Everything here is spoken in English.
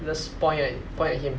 just point at point at him